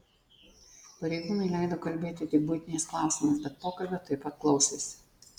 pareigūnai leido kalbėti tik buitiniais klausimais bet pokalbio taip pat klausėsi